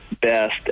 best